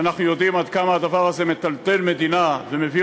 ואנחנו יודעים עד כמה הדבר הזה מטלטל מדינה ומביא